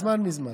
מזמן מזמן.